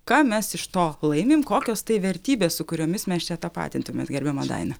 ką mes iš to laimim kokios tai vertybės su kuriomis mes čia tapatintumėt gerbiama daina